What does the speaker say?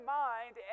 mind